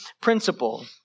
principle